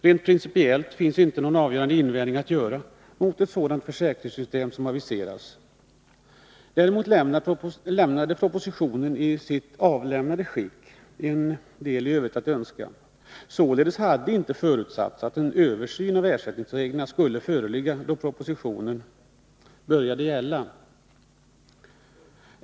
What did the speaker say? Rent principiellt finns inte någon avgörande invändning att göra mot ett sådant försäkringssystem som har aviserats. Däremot lämnade propositionen i sitt ursprungliga skick en hel del övrigt att önska. Således hade inte förutsatts att en del av ersättningsreglerna skulle föreligga då propositionens förslag började gälla.